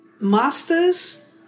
masters